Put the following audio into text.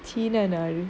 china Nadu